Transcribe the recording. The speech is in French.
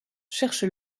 cherche